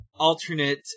Alternate